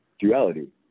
Duality